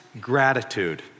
gratitude